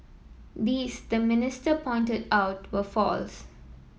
these the minister pointed out were false